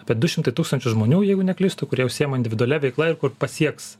apie du šimtai tūkstančių žmonių jeigu neklystu kurie užsiima individualia veikla ir kur pasieks